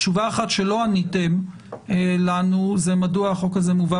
תשובה אחת שלא עניתם לנו זה מדוע החוק הזה מובא